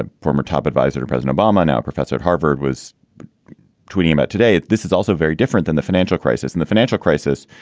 and former top adviser to president obama, now professor at harvard, was tweeting about today. this is also very different than the financial crisis and the financial crisis.